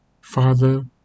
Father